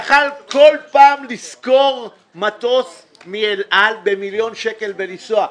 היה יכול כל פעם לשכור מטוס מאל על במיליון שקל ולנסוע.